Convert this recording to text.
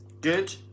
good